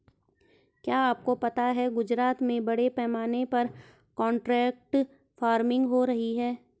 क्या आपको पता है गुजरात में बड़े पैमाने पर कॉन्ट्रैक्ट फार्मिंग हो रही है?